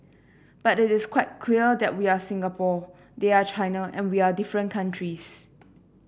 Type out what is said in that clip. but it is quite clear that we are Singapore they are China and we are different countries